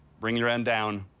bring your end down.